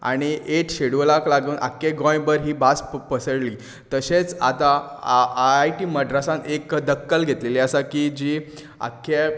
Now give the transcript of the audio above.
आनी ऐथ शेड्यूलाक लागून आख्खे गोंय भार ही भास पसळ्ळी तशेंच आतां आय आय टी मद्रासान एक दक्कल घेतिल्ली आसा की जी आख्या